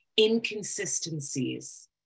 inconsistencies